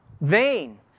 vain